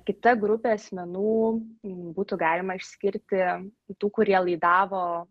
kita grupė asmenų būtų galima išskirti tų kurie laidavo